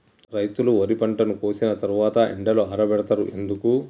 రైతులు వరి పంటను కోసిన తర్వాత ఎండలో ఆరబెడుతరు ఎందుకు?